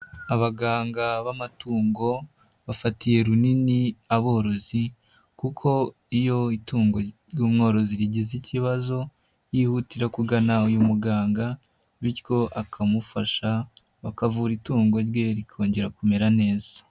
Abaganga b'amatungo bafatiye runini aborozi kuko iyo itungo ry'umworozi rigize ikibazo yihutira kugana uyu muganga bityo akamufasha bakavura itungo rye rikongera kumera neza.